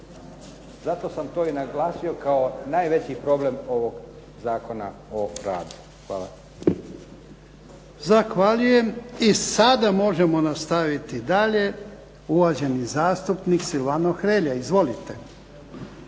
Zato sam to naglasio kao najveći problem ovog Zakona o radu. Hvala.